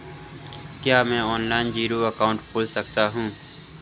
क्या मैं online zero account खोल सकता हूँ?